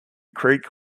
creek